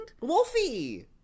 Wolfie